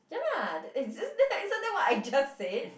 ya lah isn't that isn't that what I just said